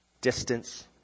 distance